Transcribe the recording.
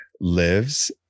lives